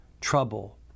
trouble